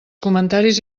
comentaris